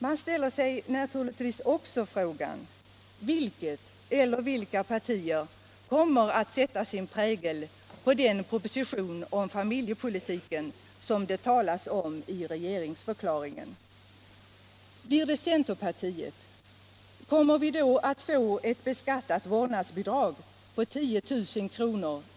Man ställer sig naturligtvis också frågan: Vilket eller vilka partier kommer att sätta sin prägel på den proposition om familjepolitiken som det talas om i regeringsförklaringen? Kommer vi, om det blir centerpartiet, att få ett beskattat vårdnadsbidrag på 10 000 kr.